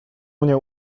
mnie